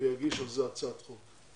ויגיש על זה הצעת חוק.